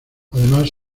además